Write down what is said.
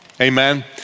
amen